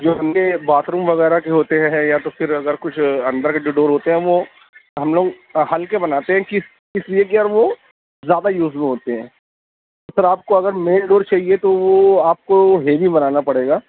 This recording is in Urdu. جو گندے باتھ روم وغیرہ کے ہوتے ہیں یا تو پھر اگر کچھ اندر کے جو ڈور ہوتے ہیں وہ ہم لوگ ہلکے بناتے ہے کہ اس لیے کہ وہ زیادہ یوز میں ہوتے ہیں سر آپ کو اگر مین ڈور چاہیے تو وہ آپ کو ہیوی بنانا پڑے گا